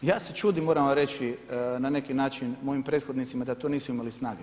I ja se čudim moram vam reći na neki način mojim prethodnicima da to nisu imali snage.